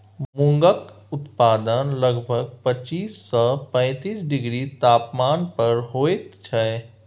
मूंगक उत्पादन लगभग पच्चीस सँ पैतीस डिग्री तापमान पर होइत छै